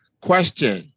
question